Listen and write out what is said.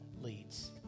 leads